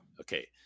Okay